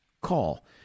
call